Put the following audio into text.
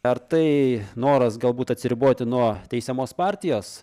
ar tai noras galbūt atsiriboti nuo teisiamos partijos